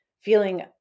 feeling